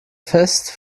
fest